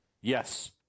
Yes